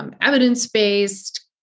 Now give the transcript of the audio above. evidence-based